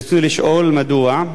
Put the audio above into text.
רצוני לשאול: 1. מדוע?